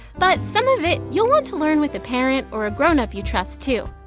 but some of it you'll want to learn with a parent or a grownup you trust too.